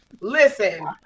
listen